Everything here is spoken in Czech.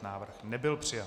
Návrh nebyl přijat.